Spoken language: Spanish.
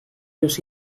los